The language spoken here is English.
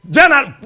General